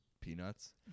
Peanuts